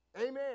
Amen